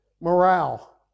morale